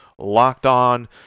LockedOn